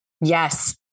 Yes